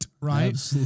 Right